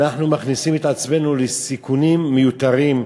אנחנו מכניסים את עצמנו לסיכונים מיותרים.